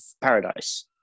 paradise